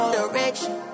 direction